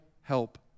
help